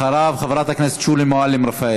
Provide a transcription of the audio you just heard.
אחריו, חברת הכנסת שולי מועלם-רפאלי.